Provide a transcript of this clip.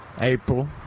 April